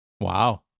wow